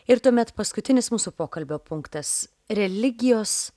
ir tuomet paskutinis mūsų pokalbio punktas religijos